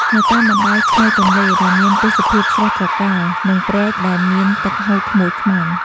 នៅតាមបណ្តោយឆ្នេរទន្លេដែលមានទេសភាពស្រស់ត្រកាល និងព្រែកដែលមានទឹកហូរខ្មួលខ្មាញ់ ។